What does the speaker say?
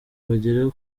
bagere